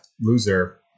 loser